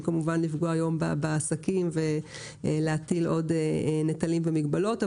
כמובן לפגוע היום בעסקים ולהטיל נטל נוסף ומגבלות.